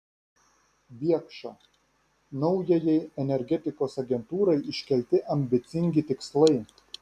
biekša naujajai energetikos agentūrai iškelti ambicingi tikslai